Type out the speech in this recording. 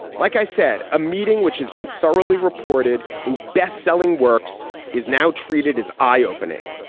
like i said, a meeting which has been thoroughly reported in bestselling works is now treated as eye opening.